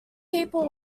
people